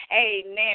amen